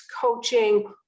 coaching